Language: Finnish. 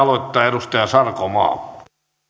edustaja sarkomaa arvoisa